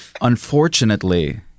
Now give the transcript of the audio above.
Unfortunately